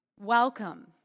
welcome